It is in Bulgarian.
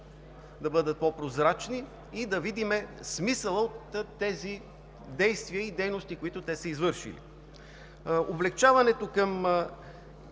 да бъдат по-прозрачни и да видим смисъла от тези действия и дейности, които те са извършили. Облекчаването на